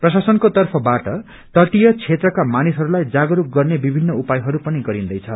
प्रशासनको तर्फबाट तटिय क्षेत्रका मानिसहरूलाई जागरूक गर्ने विभिन्न उपायहरू पनि गरिन्दैछ